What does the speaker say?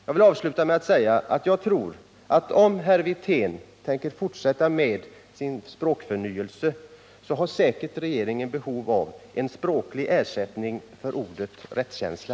Jag vill avsluta med att säga att jag tror att om herr Wirtén tänker fortsätta med sin språkförnyelse, så kommer regeringen säkert att få behov av en språklig ersättning för ordet ”rättskänsla”.